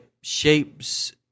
shapes